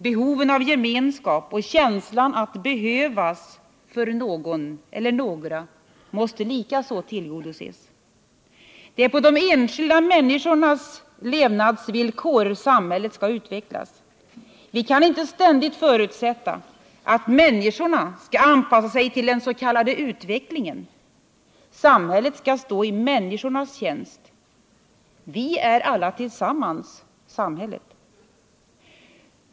Behoven av gemenskap och känslan att behövas för någon måste likaså tillgodoses. Det är på de enskilda människornas levnadsvillkor samhället skall utvecklas. Vi kan inte ständigt förutsätta att människorna skall anpassa sig till den s.k. utvecklingen. Samhället skall stå i människornas tjänst — vi är alla tillsammans samhället.